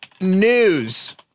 News